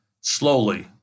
slowly